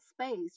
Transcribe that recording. space